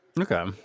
Okay